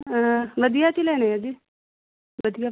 ਵਧੀਆ 'ਚ ਹੀ ਲੈਣੇ ਹੈ ਜੀ ਵਧੀਆ